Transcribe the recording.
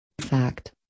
fact